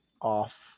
off